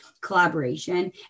collaboration